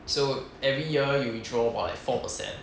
so every year you withdraw for like four percent